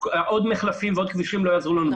עוד מחלפים ועוד כבישים לא יעזרו לנו.